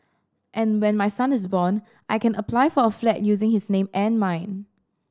and when my son is born I can apply for a flat using his name and mine